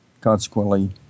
consequently